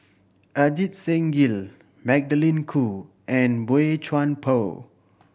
Ajit Singh Gill Magdalene Khoo and Boey Chuan Poh